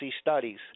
Studies